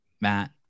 Matt